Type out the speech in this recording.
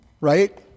Right